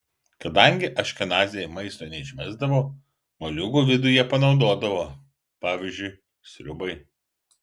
kadangi aškenaziai maisto neišmesdavo moliūgų vidų jie panaudodavo pavyzdžiui sriubai